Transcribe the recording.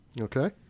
okay